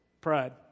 pride